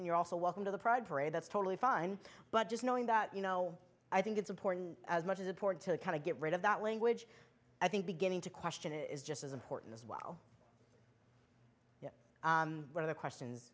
and you're also welcome to the pride parade that's totally fine but just knowing that you know i think it's important as much as important to kind of get rid of that language i think beginning to question is just as important as well one of the questions